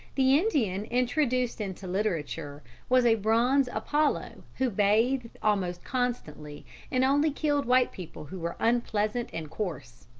the indian introduced into literature was a bronze apollo who bathed almost constantly and only killed white people who were unpleasant and coarse.